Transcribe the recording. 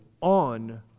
on